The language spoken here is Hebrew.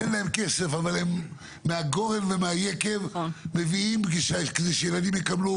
אין להם כסף אבל מהגורן ומהיקב מביאים כדי שילדים יקבלו